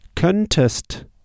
Könntest